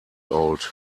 old